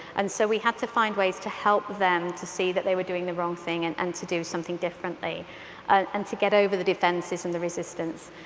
and so we had to find ways to help them to see that they were doing the wrong thing, and and to do something differently ah and to get over the defenses and the resistance.